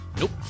Nope